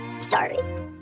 Sorry